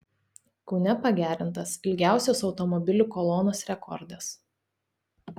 kaune pagerintas ilgiausios automobilių kolonos rekordas